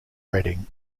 reading